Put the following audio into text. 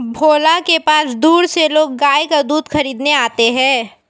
भोला के पास दूर से लोग गाय का दूध खरीदने आते हैं